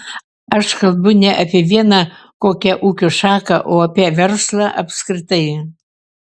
aš kalbu ne apie vieną kokią ūkio šaką o apie verslą apskritai